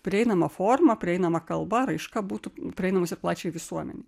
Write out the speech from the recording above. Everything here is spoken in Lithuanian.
prieinama forma prieinama kalba raiška būtų prieinamos ir plačiajai visuomenei